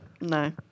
No